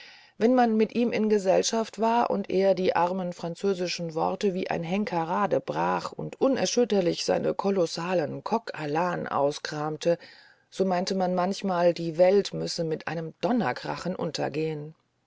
wenn man mit ihm in gesellschaft war und er die armen französischen worte wie ein henker radebrach und unerschütterlich seine kolossalen coq lne auskramte so meinte man manchmal die welt müsse mit einem donnergekrache untergehen